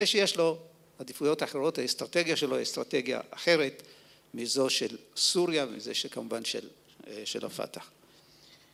שיש לו עדיפויות אחרות, האסטרטגיה שלו היא אסטרטגיה אחרת מזו של סוריה, מזה שכמובן של הפתח.